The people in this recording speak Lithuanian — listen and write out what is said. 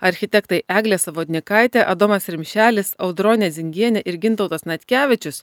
architektai eglė savodnikaitė adomas rimšelis audronė zingienė ir gintautas natkevičius